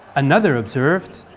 another observed